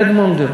אדמונד.